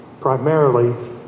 primarily